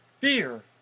fear